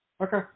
Okay